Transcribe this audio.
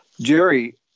Jerry